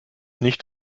nicht